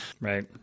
Right